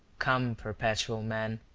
come, perpetual man,